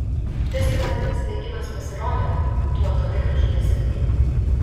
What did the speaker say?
festivalinis bėgimas pasirodymu tuo toli gražu nesibaigė